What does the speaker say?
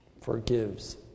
forgives